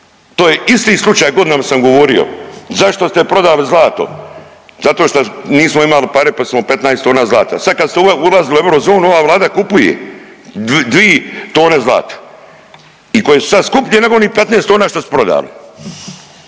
To je isti slučaj, godinama sam govorio, zašto ste prodali zlato? Zato šta nismo imali pare, pa smo 15 tona zlata. Sad kad ste ulazili u Eurozonu ova Vlada kupuje dvi tone zlata i koje su sad skuplje nego onih 15 tona što su prodali.